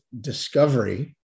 discovery